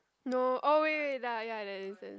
no oh wait wait that ya there isn't